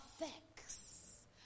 effects